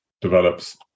develops